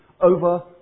over